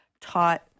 taught